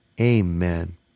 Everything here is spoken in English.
Amen